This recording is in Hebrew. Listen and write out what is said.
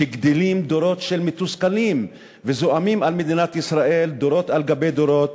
שגדלים דורות של מתוסכלים וזועמים על מדינת ישראל דורות על גבי דורות,